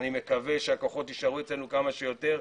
אני מקווה שהכוחות האלה יישארו אתנו כמה שיותר,